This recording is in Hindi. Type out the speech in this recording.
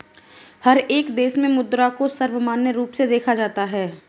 हर एक देश में मुद्रा को सर्वमान्य रूप से देखा जाता है